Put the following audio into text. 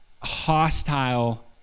hostile